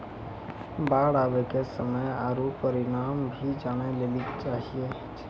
बाढ़ आवे के समय आरु परिमाण भी जाने लेली चाहेय छैय?